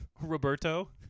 Roberto